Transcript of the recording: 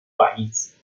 país